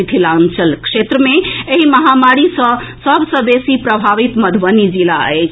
मिथिलांचल क्षेत्र मे एहि महामारी सँ सभ सँ बेसी प्रभावित मधुबनी जिला अछि